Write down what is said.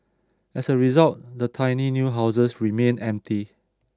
as a result the tiny new houses remained empty